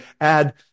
add